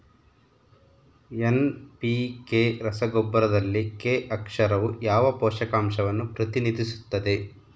NPK ರಸಗೊಬ್ಬರದಲ್ಲಿ K ಅಕ್ಷರವು ಯಾವ ಪೋಷಕಾಂಶವನ್ನು ಪ್ರತಿನಿಧಿಸುತ್ತದೆ?